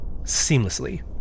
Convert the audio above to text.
seamlessly